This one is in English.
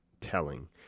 telling